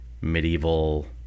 Medieval